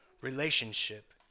relationship